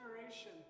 generation